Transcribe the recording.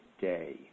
day